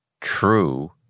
true